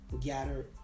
gather